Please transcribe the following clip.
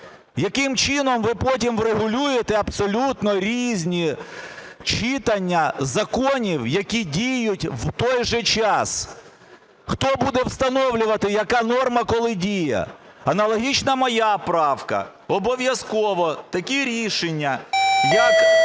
яким чином ви потім врегулюєте абсолютно різні читання законів, які діють в той же час? Хто буде встановлювати, яка норма коли діє? Аналогічна моя правка. Обов'язково такі рішення, як